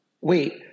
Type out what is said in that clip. wait